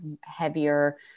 heavier